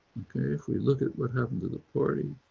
okay, if we look at what happened to the party,